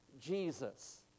Jesus